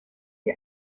die